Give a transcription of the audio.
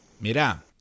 Mira